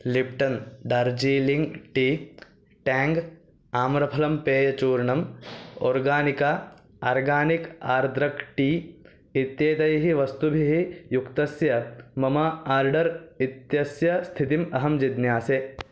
Lipton Darjeeling tea Tang आम्रफलं पेयचूर्णम् Organica organic आर्द्रकं टी इत्येतैः वस्तुभिः युक्तस्य मम आर्डर् इत्यस्य स्थितिम् अहं जिज्ञासे